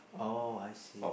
oh I see